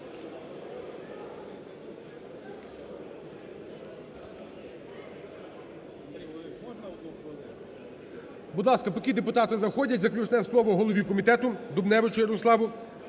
Будь ласка, поки депутати заходять, заключне слово голові комітету Дубневичу Ярославу.